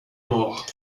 mort